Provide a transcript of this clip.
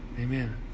Amen